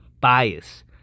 bias